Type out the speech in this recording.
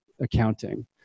Accounting